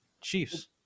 chiefs